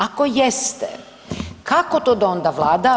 Ako jeste, kako to da onda vlada.